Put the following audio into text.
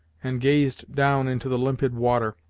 and gazed down into the limpid water,